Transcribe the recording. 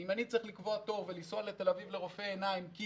אם אני צריך לקבוע תור לרופא עיניים בתל אביב,